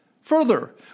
Further